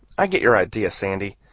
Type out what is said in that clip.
i get your idea, sandy.